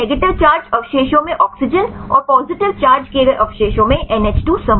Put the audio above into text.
तो negative charge अवशेषों में ऑक्सीजन और पॉजिटिव चार्ज किए गए अवशेषों में NH2 समूह